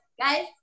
guys